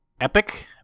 epic